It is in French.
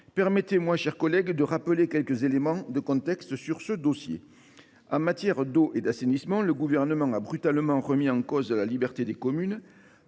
Permettez moi, mes chers collègues, de rappeler quelques éléments de contexte de ce dossier. En matière d’eau et d’assainissement, le Gouvernement a brutalement remis en cause la liberté des communes